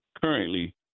currently